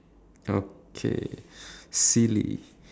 okay silly